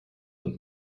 und